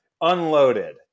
unloaded